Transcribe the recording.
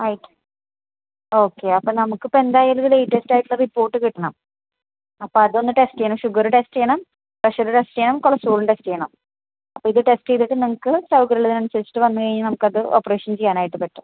ആയിട്ട് ഓക്കേ അപ്പോള് നമുക്കിപ്പൊഴെന്തായാലും ഇത് ലേറ്റസ്റ്റായിട്ടുള്ള റിപ്പോർട്ട് കിട്ടണം അപ്പോള് അതൊന്ന് ടെസ്റ്റ് ചെയ്യണം ഷുഗര് ടെസ്റ്റ് ചെയ്യണം പ്രഷര് ടെസ്റ്റ് ചെയ്യണം കൊളസ്ട്രോളും ടെസ്റ്റ് ചെയ്യണം അപ്പോള് ഇത് ടെസ്റ്റ് ചെയ്തിട്ട് നിങ്ങള്ക്ക് സൗകര്യമുള്ളതിനനുസരിച്ചിട്ട് വന്നുകഴിഞ്ഞാല് നമുക്കത് ഓപ്പറേഷൻ ചെയ്യാനായിട്ട് പറ്റും